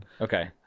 Okay